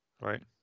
Right